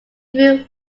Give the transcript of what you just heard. threw